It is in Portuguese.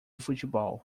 futebol